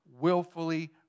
willfully